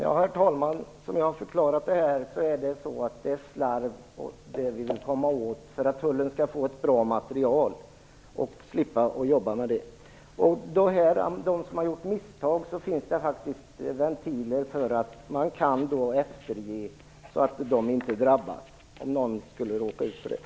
Herr talman! Låt mig förklara detta. Det är slarvet som vi vill motverka, så att tullen skall få ett bra utgångsmaterial och skall slippa extra arbete. För fall där misstag har begåtts finns det ventiler, så att ingen skall drabbas i onödan.